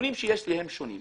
הנתונים שיש לי הם שונים.